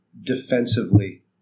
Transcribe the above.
defensively